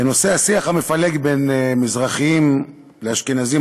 בנושא השיח המפלג בין מזרחים לאשכנזים,